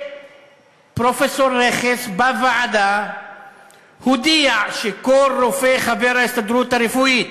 שפרופסור רכס הודיע בוועדה שכל רופא חבר ההסתדרות הרפואית